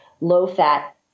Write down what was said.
low-fat